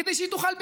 כדי שהיא תוכל,